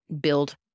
build